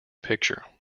picture